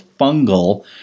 fungal